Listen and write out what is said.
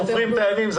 סופרים את הימים.